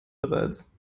bereits